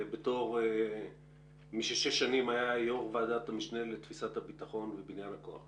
בתור מי ששש שנים היה יו"ר ועדת המשנה לתפיסת הביטחון ובניין הכוח,